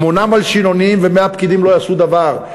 שמונה מלשינונים ו-100 פקידים לא יעשו דבר.